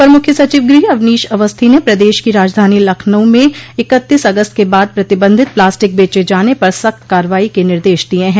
अपर मुख्य सचिव गृह अवनीश अवस्थी ने प्रदेश की राजधानी लखनऊ में इकतीस अगस्त के बाद प्रतिबंधित प्लास्टिक बेचे जाने पर सख्त कार्रवाई के निर्देश दिये है